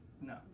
No